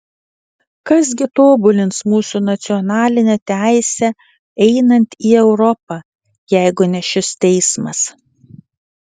kas gi tobulins mūsų nacionalinę teisę einant į europą jeigu ne šis teismas